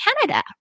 Canada